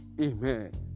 Amen